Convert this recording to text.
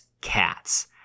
cats